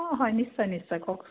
অঁ হয় নিশ্চয় নিশ্চয় কওক